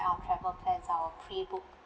our travel plans our pre-booked